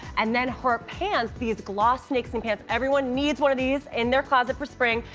and then her pants, these gloss snakeskin pants, everyone needs one of these in their closet for spring.